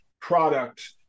product